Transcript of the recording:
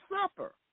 supper